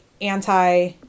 anti